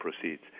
proceeds